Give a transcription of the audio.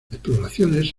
exploraciones